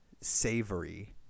savory